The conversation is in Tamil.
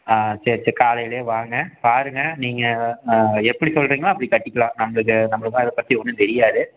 ஆ சரி சரி காலையிலே வாங்க பாருங்கள் நீங்கள் ஆ எப்படி சொல்கிறீங்களோ அப்படி கட்டிக்கலாம் நம்மளுக்கு நம்மளுக்குலாம் அதைப் பற்றி ஒன்றும் தெரியாது